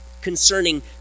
concerning